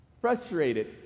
Frustrated